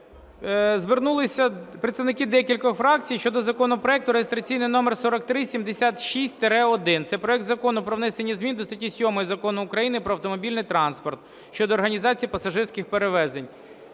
звернулися представники декількох фракцій щодо законопроекту реєстраційний номер 4376-1 – це проект Закону про внесення змін до статті 7 Закону України "Про автомобільний транспорт" щодо організації пасажирських перевезень.